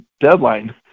deadline